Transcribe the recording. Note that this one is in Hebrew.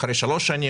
אחרי שלוש שנים,